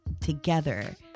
together